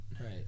right